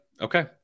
Okay